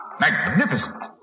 magnificent